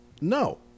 No